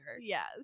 Yes